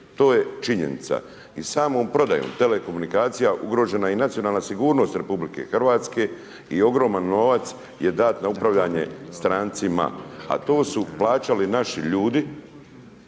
To je činjenica i samom prodajom telekomunikacija ugrožena je i nacionalna sigurnost RH i ogroman novac je dat na upravljanje strancima, a to su plaćali naši ljudi